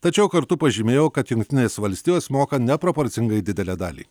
tačiau kartu pažymėjo kad jungtinės valstijos moka neproporcingai didelę dalį